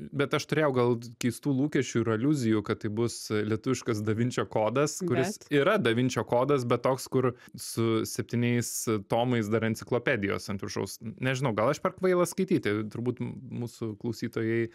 bet aš turėjau gal keistų lūkesčių ir aliuzijų kad tai bus lietuviškas da vinčio kodas kuris yra da vinčio kodas bet toks kur su septyniais tomais dar enciklopedijos ant viršaus nežinau gal aš per kvailas skaityti turbūt mūsų klausytojai